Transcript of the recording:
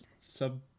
sub